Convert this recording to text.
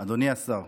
אדוני השר,